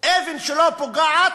על אבן שלא פוגעת